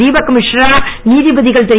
திபக் மிஸ்ரா நீதிபதிகள் திரு